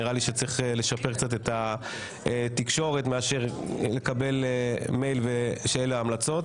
נראה לי שצריך לשפר קצת את התקשורת מאשר לקבל מייל ש"אלה ההמלצות".